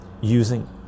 using